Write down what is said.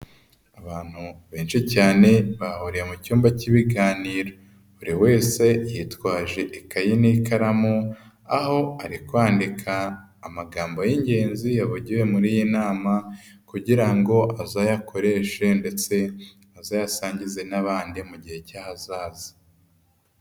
Abantu benshi cyane bahuriye mu cyumba k'ibiganiro, buri wese yitwaje ikaye n'ikaramu aho ari kwandika amagambo y'ingenzi yavugiwe muri iyi nama kugira ngo azayakoreshe ndetse azayasangize n'abandi mu gihe cy'ahazaza.